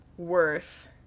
worth